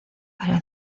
para